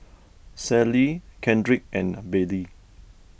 Sallie Kendrick and Baylie